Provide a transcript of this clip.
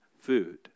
food